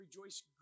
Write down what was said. rejoice